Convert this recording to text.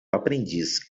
aprendiz